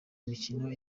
mikino